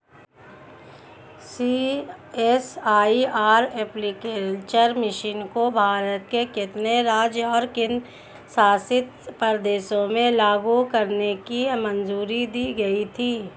CSIR floriculture mission को भारत के कितने राज्यों और केंद्र शासित प्रदेशों में लागू करने की मंजूरी दी गई थी?